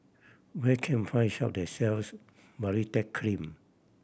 where can find shop that sells Baritex Cream